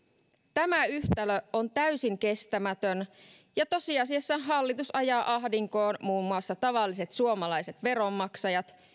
tämä yhtälö on täysin kestämätön tosiasiassa hallitus ajaa ahdinkoon muun muassa tavalliset suomalaiset veronmaksajat